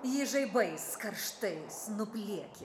jį žaibais karštais nuplieki